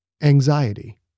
anxiety